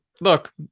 look